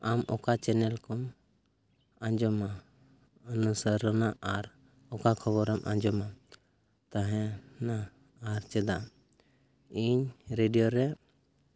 ᱟᱢ ᱚᱠᱟ ᱪᱮᱱᱮᱞ ᱠᱚᱢ ᱟᱸᱡᱚᱢᱟ ᱟᱨ ᱚᱠᱟ ᱠᱷᱚᱵᱚᱨᱮᱢ ᱟᱸᱡᱚᱢᱮᱫ ᱛᱟᱦᱮᱱᱟ ᱟᱨ ᱪᱮᱫᱟᱜ ᱤᱧ ᱨᱮᱰᱤᱭᱳ ᱨᱮ